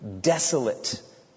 desolate